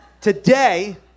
Today